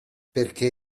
perché